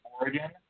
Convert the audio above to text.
Oregon